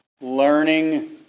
learning